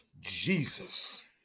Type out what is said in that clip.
Jesus